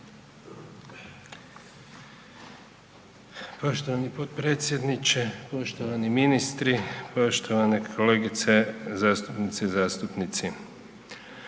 Poštovani potpredsjedniče, poštovani ministri, poštovane kolegice zastupnice i zastupnici.